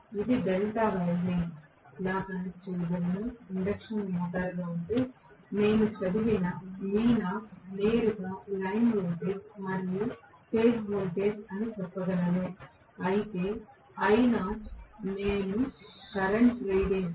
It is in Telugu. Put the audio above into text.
ఇది డెల్టా వైండింగ్ లా కనెక్ట్ చేయబడిన ఇండక్షన్ మోటారుగా ఉంటే నేను చదివిన V0 నేరుగా లైన్ వోల్టేజ్ మరియు ఫేజ్ వోల్టేజ్ అని చెప్పగలను అయితే I0 నేను కరెంట్ రీడింగ్